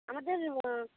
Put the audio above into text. আমাদের